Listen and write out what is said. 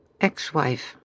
ex-wife